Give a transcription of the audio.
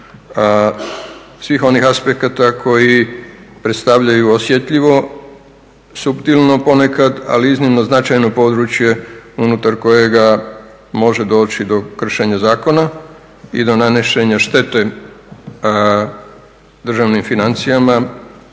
svih onih aspekata koji predstavljaju osjetljivo, suptilno ponekad ali iznimno značajno područje unutar kojega može doći do kršenja zakona i do nanošenja šteta državnim financijama,